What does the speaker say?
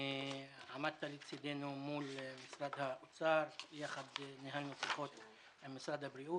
עמדת לצדנו מול משרד האוצר יחד עם משרד הבריאות.